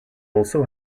also